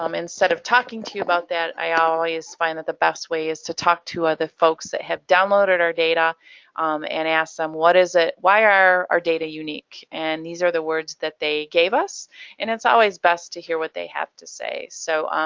um instead of talking to you about that i always find that the best way is to talk to other folks that have downloaded our data and ask them what is it, why are our data unique? and these are the words that they gave us and it's always best to hear what they have to say. so